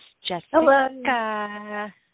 Jessica